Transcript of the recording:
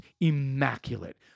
immaculate